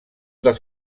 dels